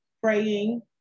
praying